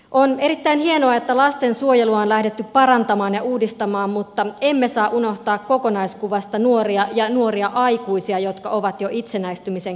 on erittäin hienoa että lastensuojelua on lähdetty parantamaan ja uudistamaan mutta emme saa unohtaa kokonaiskuvasta nuoria ja nuoria aikuisia jotka ovat jo itsenäistymisen kynnyksellä